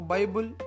Bible